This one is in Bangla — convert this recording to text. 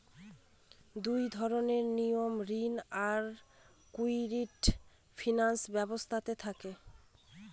দুই ধরনের নিয়ম ঋণ আর ইকুইটি ফিনান্স ব্যবস্থাতে থাকে